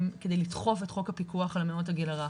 כדי לדחוף את חוק הפיקוח על מעונות הגיל הרך,